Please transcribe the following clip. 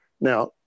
now